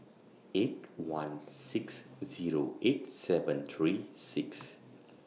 eight one six Zero eight seven three six